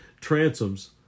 Transoms